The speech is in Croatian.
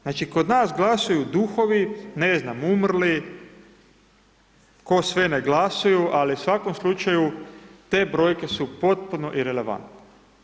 Znači, kod nas glasuju duhovi, ne znam, umrli, tko sve ne glasuju, ali u svakom slučaju te brojke su potpuno irelevantne.